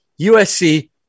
USC